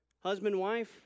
husband-wife